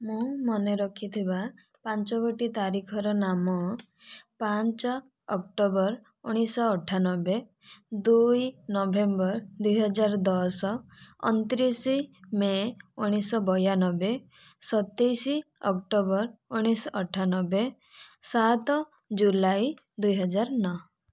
ମୁଁ ମନେ ରଖିଥିବା ପାଞ୍ଚ ଗୋଟି ତାରିଖର ନାମ ପାଞ୍ଚ ଅକ୍ଟୋବର ଉଣେଇଶ ଶହ ଅଠାନବେ ଦୁଇ ନଭେମ୍ବର ଦୁଇ ହଜାର ଦଶ ଅଣତିରିଶ ମେ' ଉଣେଇଶ ଶହ ବୟାନବେ ସତେଇଶ ଅକ୍ଟୋବର ଉଣେଇଶ ଶହ ଅଠାନବେ ସାତ ଜୁଲାଇ ଦୁଇ ହଜାର ନଅ